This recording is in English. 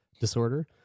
disorder